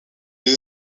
des